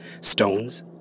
stones